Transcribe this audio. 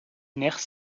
nerfs